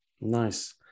Nice